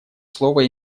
слово